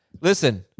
Listen